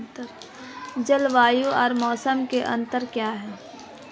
जलवायु और मौसम में अंतर क्या है?